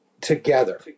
together